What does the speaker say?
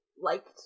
liked